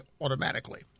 automatically